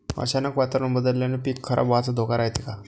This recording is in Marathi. अचानक वातावरण बदलल्यानं पीक खराब व्हाचा धोका रायते का?